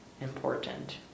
important